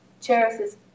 cherishes